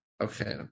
Okay